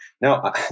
Now